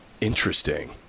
Interesting